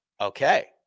okay